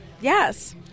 Yes